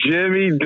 Jimmy